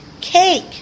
cake